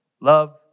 Love